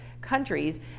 countries